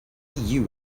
you